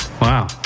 Wow